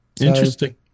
Interesting